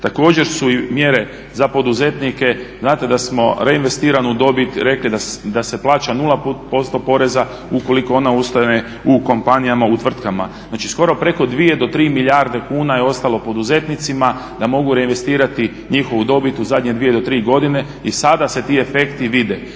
Također su i mjere za poduzetnike, znate da smo reinvestiranu dobit rekli da se plaća 0% poreza ukoliko ona ustane u kompanijama, u tvrtkama. Znači skoro preko 2 do 3 milijarde kuna je ostalo poduzetnicima da mogu reinvestirati njihovu dobit u zadnje 2 do 3 godine i sada se ti efekti vide.